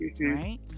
Right